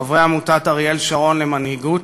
חברי עמותת אריאל שרון למנהיגות,